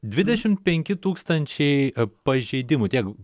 dvidešimt penki tūkstančiai pažeidimų tiek